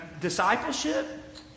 discipleship